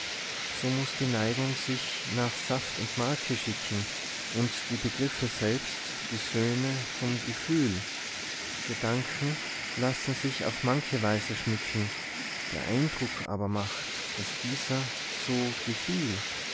so muß die neigung sich nach saft und marke schicken und die begriffe selbst die söhne vom gefühl gedanken lassen sich auf manche weise schmücken dr eindruck aber macht dass dieser so gefiel